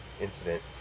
incident